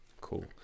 Cool